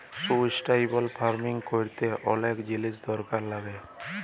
sustainable farming ক্যরলে অলেক জিলিস দরকার লাগ্যে